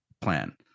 plan